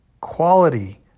quality